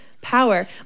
power